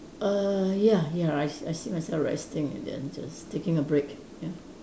err ya ya I s~ I see myself resting and then just taking a break ya